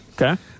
Okay